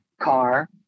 car